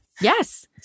Yes